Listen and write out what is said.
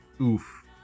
Oof